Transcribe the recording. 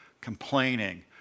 complaining